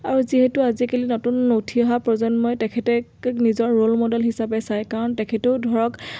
আৰু যিহেতু আজিকালি নতুন উঠি অহা প্ৰজন্মই তেখেতে নিজৰ ৰ'ল মডেল হিচাপে চায় কাৰণ তেখেতেও ধৰক